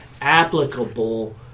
applicable